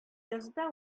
язда